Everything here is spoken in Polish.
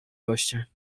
goście